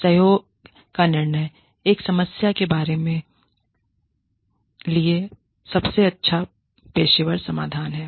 सहयोग का निर्णय एक समस्या के बारे में लिए सबसे अच्छा पेशेवर समाधान है